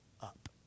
up